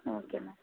okay ma'am